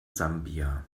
sambia